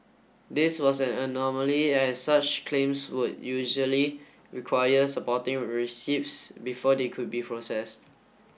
this was an anomaly as such claims would usually require supporting receipts before they could be processed